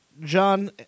John